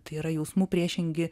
tai yra jausmų priešingi